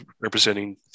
representing